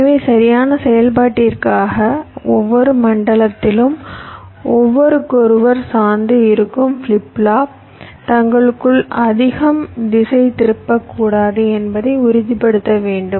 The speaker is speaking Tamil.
எனவே சரியான செயல்பாட்டிற்காக ஒவ்வொரு மண்டலத்திலும் ஒருவருக்கொருவர் சார்ந்து இருக்கும் ஃபிளிப் ஃப்ளாப் தங்களுக்குள் அதிகம் திசைதிருப்பக்கூடாது என்பதை உறுதிப்படுத்த வேண்டும்